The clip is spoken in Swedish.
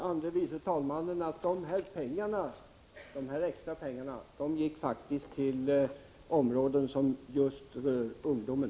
Herr talman! Märkte inte andre vice talmannen att de extra pengarna faktiskt gick till områden som just berör ungdomen?